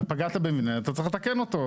פגעת במבנה, אתה צריך לתקן אותו.